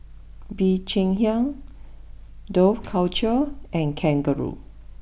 Bee Cheng Hiang Dough culture and Kangaroo